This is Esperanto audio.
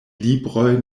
libroj